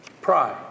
Pride